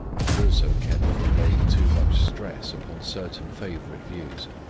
and also kept from laying too much stress upon certain favourite views.